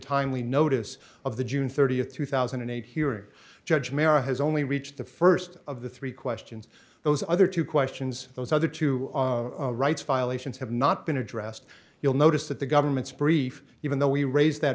timely notice of the june th two thousand and eight hearing judge merit has only reached the st of the three questions those other two questions those other two rights violations have not been addressed you'll notice that the government's brief even though we raise that